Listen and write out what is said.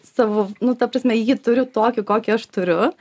savo v nu ta prasme jį turiu tokį kokį aš turiu